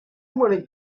many